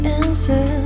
answer